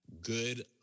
Good